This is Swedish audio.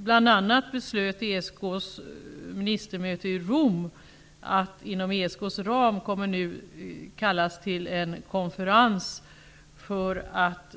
Bl.a. beslöt ESK:s ministermöte i Rom att det inom ESK:s ram kommer att kallas till en konferens för att